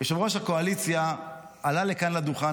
יושב-ראש הקואליציה עלה לכאן לדוכן